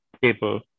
people